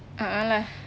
a'ah lah